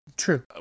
true